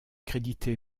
créditée